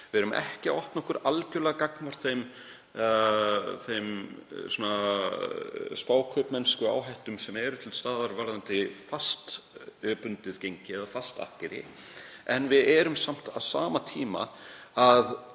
við erum ekki að opna okkur algerlega gagnvart þeirri spákaupmennskuáhættu sem er til staðar varðandi fastbundið gengi eða fast akkeri, en við erum samt á sama tíma að